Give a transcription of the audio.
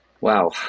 Wow